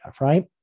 right